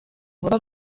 baba